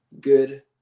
good